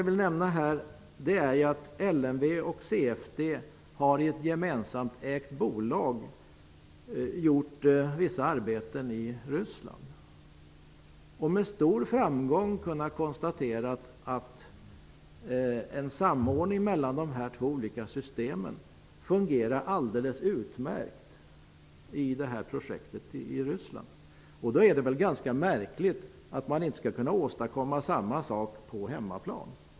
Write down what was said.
LMV och CFD har genom ett gemensamägt bolag utfört vissa arbeten i Ryssland och kunnat konstatera en stor framgång. En samordning mellan dessa två olika system fungerade alldeles utmärkt i detta projekt i Ryssland. Då är det väl ganska märkligt att man inte skall kunna åstadkomma samma sak på hemmaplan?